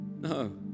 No